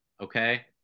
Okay